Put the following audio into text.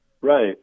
Right